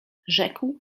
rzekł